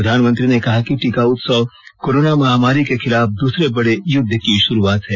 प्रधानमंत्री ने कहा कि टीका उत्सव कोरोना महामारी के खिलाफ दूसरे बडे युद्ध की शुरूआत है